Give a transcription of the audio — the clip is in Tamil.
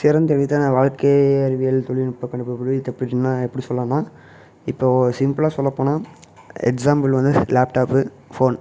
சிறந்த எளிதான வாழ்க்கை அறிவியல் தொழில்நுட்ப கணக்கு படி அது எப்படினா எப்படி சொல்லான்னா இப்போது சிம்புளாக சொல்லப்போனால் எக்ஸாம்புள் வந்து லேப்டாப்பு ஃபோன்